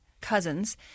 cousins